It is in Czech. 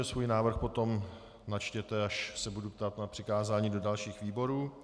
Svůj návrh potom načtěte, až se budu ptát na přikázání do dalších výborů.